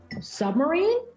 submarine